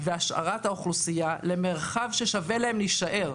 והשארת האוכלוסייה במרחב ששווה להם להישאר בו.